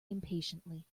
impatiently